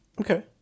Okay